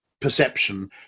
perception